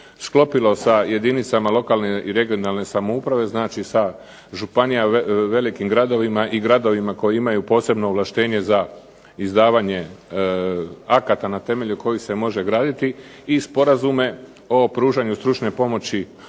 sklopilo sa jedinicama lokalne i regionalne samouprave, znači sa županijama, velikim gradovima i gradovima koji imaju posebno ovlaštenje za izdavanje akata na temelju kojih se može graditi i sporazume o pružanju stručne pomoći